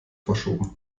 verschoben